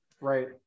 Right